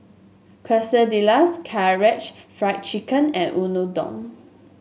Quesadillas Karaage Fried Chicken and Unadon